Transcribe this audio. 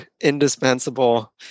indispensable